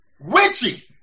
Witchy